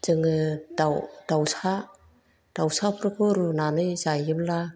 जोङो दाउ दाउसा दाउसाफोरखौ रुनानै जायोब्ला